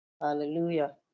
Hallelujah